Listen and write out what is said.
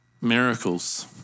miracles